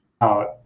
out